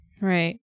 Right